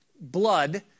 blood